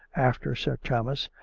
after sir thomas,